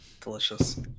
Delicious